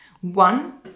One